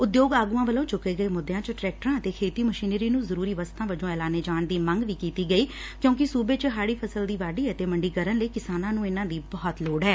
ਉਦਯੋਗ ਆਗੂਆਂ ਵੱਲੋਂ ਚੁੱਕੇ ਗਏ ਮੁੱਦਿਆਂ ਚ ਟਰੈਕਟਰਾਂ ਅਤੇ ਖੇਤੀ ਮਸ਼ਿਨਰੀ ਨੂੰ ਜ਼ਰੂਰੀ ਵਸਤਾਂ ਵਜੋਂ ਐਲਾਨੇ ਜਾਣ ਦੀ ਮੰਗ ਵੀ ਕੀਤੀ ਗਈ ਕਿਉਂਕਿ ਸੂਬੇ ਚ ਹਾੜੀ ਫਸਲ ਦੀ ਵਾਢੀ ਅਤੇ ਮੰਡੀਕਰਨ ਲਈ ਕਿਸਾਨਾਂ ਨੂੰ ਇਨ੍ਹਾਂ ਦੀ ਬਹੁਤ ਲੋੜ ਐ